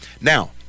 Now